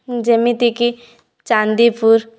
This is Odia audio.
ଯେମିତିକି ଚାନ୍ଦିପୁର